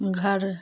घर